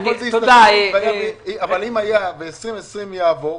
אבל אם תקציב 2020 יעבור,